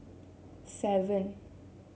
seven